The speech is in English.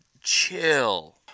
chill